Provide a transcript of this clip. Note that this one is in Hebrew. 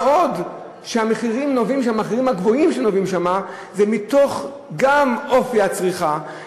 מה עוד שהמחירים הגבוהים שם נובעים גם מאופי הצריכה,